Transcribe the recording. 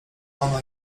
ona